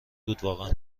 بودواقعا